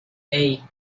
hey